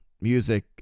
Music